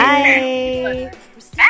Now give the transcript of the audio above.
Bye